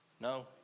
No